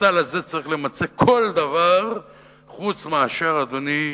בסל הזה צריך להימצא כל דבר חוץ מאשר, אדוני,